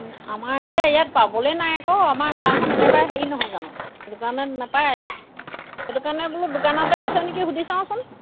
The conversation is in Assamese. আমাৰ এতিয়া ইয়াত পাবলৈ নাই আকৌ আমাৰ গাঁওখন একেবাৰে হেৰি নহয় জানো দোকানত নাপায় সেইটো কাৰণে বোলো দোকানতে আছে নেকি সুধি চাওঁচোন